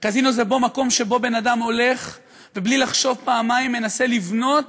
קזינו זה מקום שבו בן-אדם הולך ובלי לחשוב פעמיים מנסה לבנות,